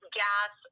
gas